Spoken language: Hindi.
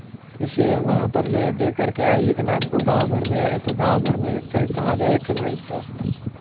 जैसे वहाँ पर ले देकर क्या है इतना गाँव भर में आये तो गाँव भर में कहे कहाँ गये थे भाईसाहब